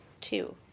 Two